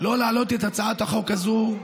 לא להעלות את הצעת החוק הזאת,